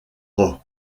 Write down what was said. roth